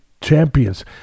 champions